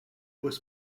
was